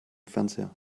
fernseher